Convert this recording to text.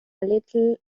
little